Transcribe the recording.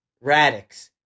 Radix